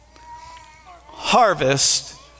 harvest